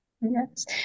Yes